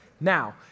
Now